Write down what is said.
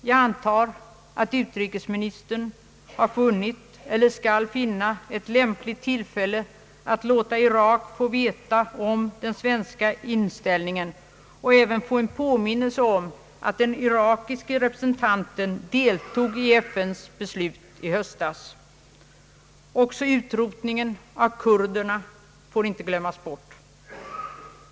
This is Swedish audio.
Jag antar att utrikesministern har funnit eller skall finna ett lämpligt tillfälle att låta Irak få veta den svenska inställningen och även få en påminnelse om att den irakiske representanten deltog i FN:s beslut i höstas. Inte heller utrotningen av kurderna får glömmas bort.